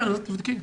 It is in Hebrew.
תבדקי.